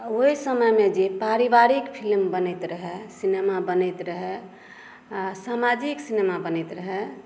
आ ओहि समयमे जे पारिवारिक फिल्म बनैत रहै सिनेमा बनैत रहै समाजिक सिनेमा बनैत रहै